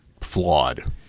flawed